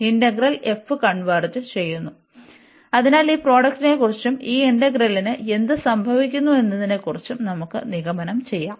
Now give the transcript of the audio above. integral f converge ചെയ്യുന്നു അതിനാൽ ഈ പ്രോഡക്റ്റ്നെക്കുറിച്ചും ഈ ഇന്റഗ്രലിന് എന്ത് സംഭവിക്കുമെന്നതിനെക്കുറിച്ചും നമുക്ക് നിഗമനം ചെയ്യാം